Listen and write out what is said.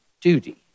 duty